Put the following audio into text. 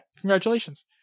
congratulations